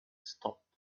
stopped